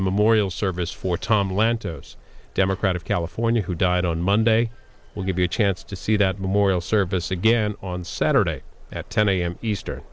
the memorial service for tom lantos democrat of california who died on monday we'll give you a chance to see that memorial service again on saturday at ten a m easter